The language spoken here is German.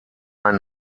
ein